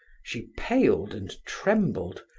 she paled and trembled,